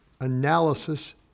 analysis